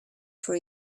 for